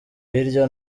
hirya